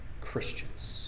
Christians